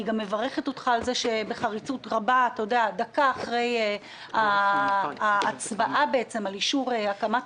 אני גם מברכת אותך שבחריצות רבה דקה אחרי ההצבעה על אישור הקמת